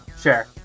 Sure